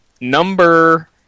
Number